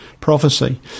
prophecy